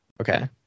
Okay